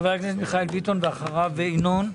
חבר הכנסת מיכאל ביטון, ואחריו ינון.